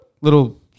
little